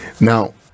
Now